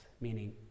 meaning